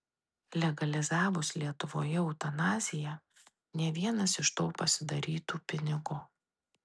legalizavus lietuvoje eutanaziją ne vienas iš to pasidarytų pinigo